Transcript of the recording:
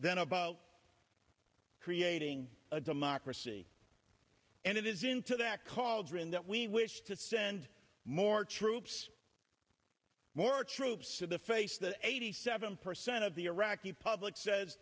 then about creating a democracy and it is into that cauldron that we wish to send more troops more troops to the face that eighty seven percent of the iraqi public says